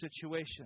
situation